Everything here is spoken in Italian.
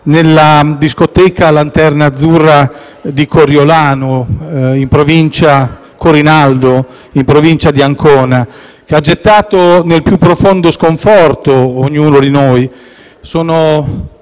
nella discoteca «Lanterna Azzurra» di Corinaldo, in provincia di Ancona, che ha gettato nel più profondo sconforto ognuno di noi.